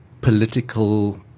political